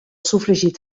sofregit